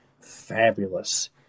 fabulous